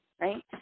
right